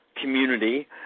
community